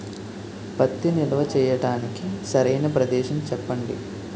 పత్తి నిల్వ చేయటానికి సరైన ప్రదేశం చెప్పండి?